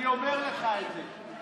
אני אומר לך את זה.